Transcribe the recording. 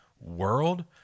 world